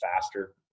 faster